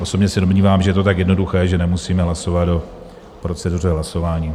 Osobně se domnívám, že je to tak jednoduché, že nemusíme hlasovat o proceduře hlasování.